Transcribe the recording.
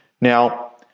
Now